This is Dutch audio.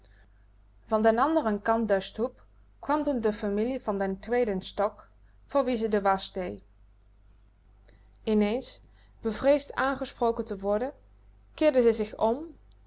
van den anderen kant der stoep kwam toen de familie van den tweeden stock voor wie ze de wasch dee ineens bevreesd aangesproken te worden keerde ze zich om